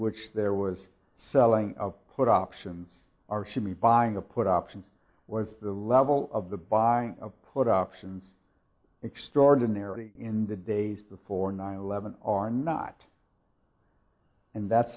which there was selling put options are should be buying a put option what is the level of the buy put options extraordinary in the days before nine eleven or not and that's